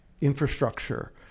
infrastructure